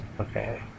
Okay